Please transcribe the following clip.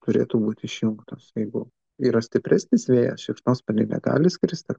turėtų būti išjungtos jeigu yra stipresnis vėjas šikšnosparniai negali skristi